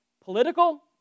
political